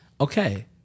Okay